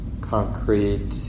concrete